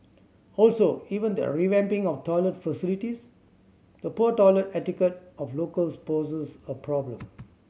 also even the revamping of toilet facilities the poor toilet etiquette of locals poses a problem